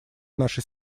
нашей